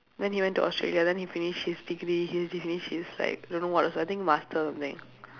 then he went to australia then he finish his degree he have to finish his like I don't know what also I think master or something